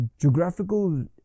geographical